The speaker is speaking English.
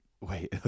Wait